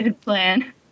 Plan